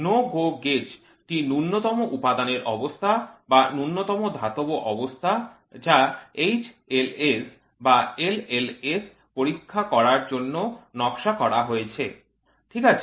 NO GO gauge টি ন্যূনতম উপাদানের অবস্থা বা ন্যূনতম ধাতব অবস্থা যা HLH বা LLS পরীক্ষা করার জন্য নকশা করা হয়েছে ঠিক আছে